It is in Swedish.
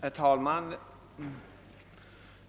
Herr talman!